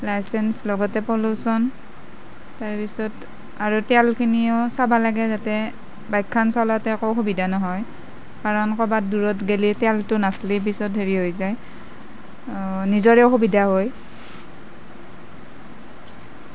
licence লগতে pollution তাৰপিছত আৰু তেলখিনিও চাব লাগে যাতে বাইকখন চলাওঁতে একো অসুবিধা নহয় কাৰণ ক'ৰবাত দূৰত গ'লে তেলটো নাচালে পিছত হেৰি হৈ যায় নিজৰে অসুবিধা হয়